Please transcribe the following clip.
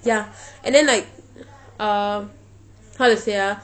ya and then like um how to say ah